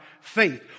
faith